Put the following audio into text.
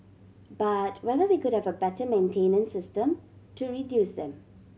but whether we could have a better maintenance system to reduce them